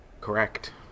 Correct